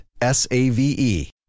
S-A-V-E